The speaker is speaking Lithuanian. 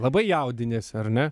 labai jaudiniesi ar ne